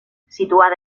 situada